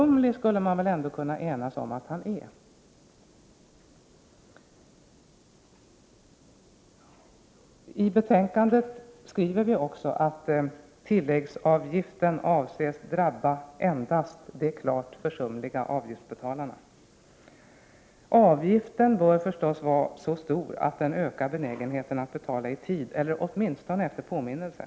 Man skulle väl ändå kunna enas om att denna person är försumlig. Vi skriver också i betänkandet att tilläggsavgiften avses drabba endast de klart försumliga avgiftsbetalarna. Avgiften bör vara så stor att den ökar benägenheten att betala i tid, eller åtminstone efter påminnelse.